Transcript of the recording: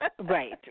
Right